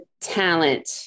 talent